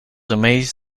amazed